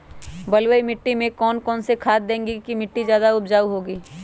बलुई मिट्टी में कौन कौन से खाद देगें की मिट्टी ज्यादा उपजाऊ होगी?